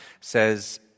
says